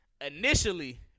initially